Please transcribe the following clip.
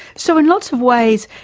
so in lots of ways,